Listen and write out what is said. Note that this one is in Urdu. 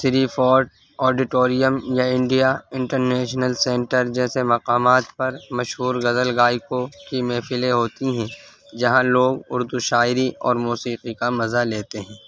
سری فورٹ آڈیٹورم یا انڈیا انٹرنیشنل سینٹر جیسے مقامات پر مشہور غزل گائیکوں کی میفلیں ہوتی ہیں جہاں لوگ اردو شاعری اور موسیقی کا مزہ لیتے ہیں